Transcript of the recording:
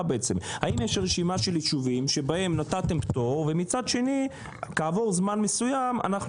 האם יש רשימה של ישובים בהם נתתם פטור ומצד שני כעבור זמן מסוים אנחנו